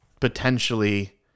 potentially